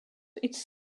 its